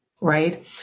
Right